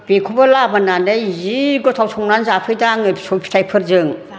बेखौबो लाबोनानै जि गोथाव संनानै जाफैदों आङो फिसौ फिथाइफोरजों